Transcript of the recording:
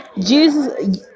Jesus